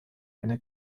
eine